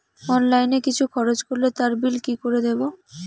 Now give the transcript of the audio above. Online কিছু খরচ করলে তার বিল কি করে দেবো?